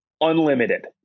unlimited